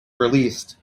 released